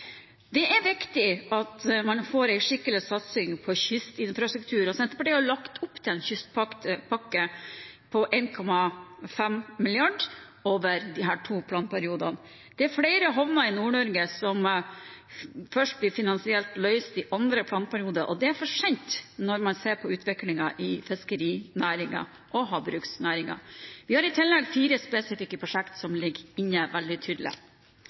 Det er viktig at man får en skikkelig satsing på skipsinfrastruktur, og Senterpartiet har lagt opp til en kystpakke på 1,5 mrd. kr over disse to planperiodene. Det er flere havner i Nord-Norge som først blir finansielt løst i andre planperiode, og det er for sent når man ser på utviklingen i fiskerinæringen og havbruksnæringen. Vi har i tillegg fire spesifikke prosjekter som ligger inne veldig tydelig.